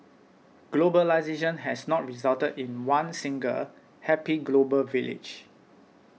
globalisation has not resulted in one single happy global village